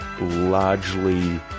largely